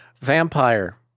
Vampire